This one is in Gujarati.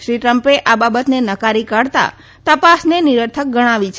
શ્રી ટ્રમ્પે આ બાબતને નકારી કાઢતા તપાસને નિરર્થક ગણાવી છે